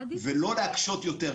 לא להקשות יותר.